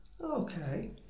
Okay